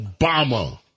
Obama